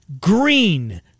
Green